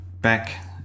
back